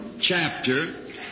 Chapter